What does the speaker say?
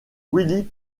willy